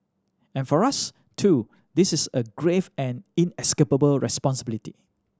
and for us too this is a grave and inescapable responsibility